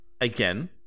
Again